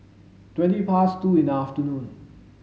twenty past two in the afternoon